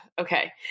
Okay